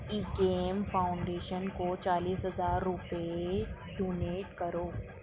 Ekam foundation کو چالیس ہزار روپئے ڈونیٹ کرو